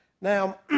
Now